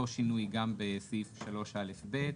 אותו שינוי גם בסעיף 3א(ב).